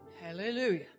Hallelujah